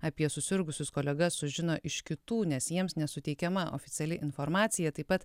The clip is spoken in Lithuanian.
apie susirgusius kolegas sužino iš kitų nes jiems nesuteikiama oficiali informacija taip pat